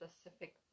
specific